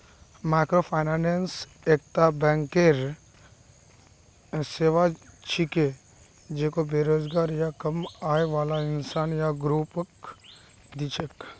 microfinance एकता banking सेवा छिके जेको बेरोजगार या कम आय बाला इंसान या ग्रुपक दी छेक